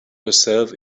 herself